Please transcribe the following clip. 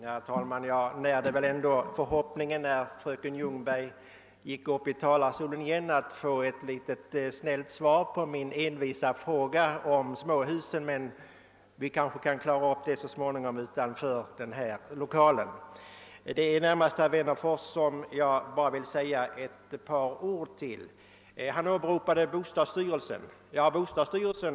Herr talman! Jag närde väl den för hoppningen, när fröken Ljungberg gick upp i talarstolen igen, att jag skulle få ett litet snällt svar på min envisa fråga om småhusen, men vi kanske kan klara upp den saken så småningom utanför den här lokalen. Det är närmast herr Wennerfors jag vill säga ett par ord till, eftersom han har åberopat bostadsstyrelsen.